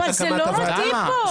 זה לא מתאים פה.